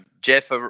jeff